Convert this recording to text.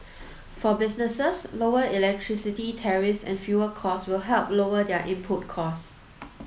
for businesses lower electricity tariffs and fuel costs will help lower their input costs